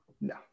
No